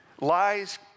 Lies